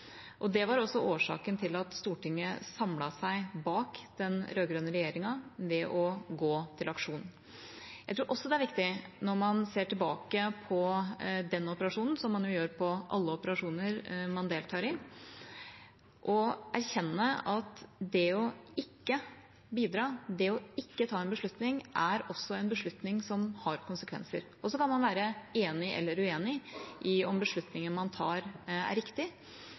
Det var årsaken til at Stortinget samlet seg bak den rød-grønne regjeringa ved å gå til aksjon. Jeg tror også det er viktig når man ser tilbake på den operasjonen – som man jo gjør på alle operasjoner som man deltar i – å erkjenne at det å ikke bidra, det å ikke ta en beslutning, også er en beslutning som har konsekvenser. Og så kan man være enig eller uenig i om beslutningen man tar, er riktig.